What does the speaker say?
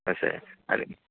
असं आहे आणि